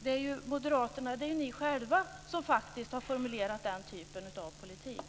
Det är ju ni moderater själva som faktiskt har formulerat den typen av politik.